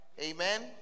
Amen